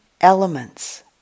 elements